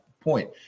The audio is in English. point